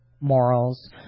morals